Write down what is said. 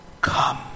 come